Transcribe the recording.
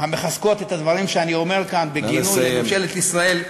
המחזקות את הדברים שאני אומר כאן בכנות לממשלת ישראל,